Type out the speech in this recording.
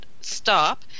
stop